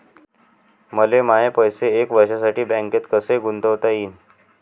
मले माये पैसे एक वर्षासाठी बँकेत कसे गुंतवता येईन?